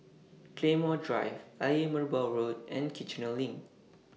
Claymore Drive Ayer Merbau Road and Kiichener LINK